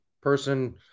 person